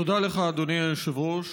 תודה לך, אדוני היושב-ראש.